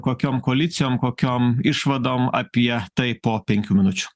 kokiom koalicijom kokiom išvadom apie tai po penkių minučių